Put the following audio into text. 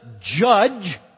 judge